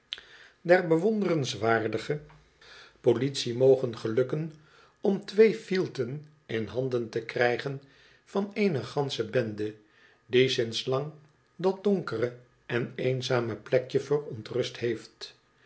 der bewonderenswaardige politie mogen gelukken om twee fielten in handen te krijgen van eene gansche bende die sinds lang dat donkere en eenzame plekje verontrust heeft